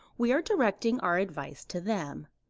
we are directing our advice to them.